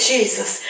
Jesus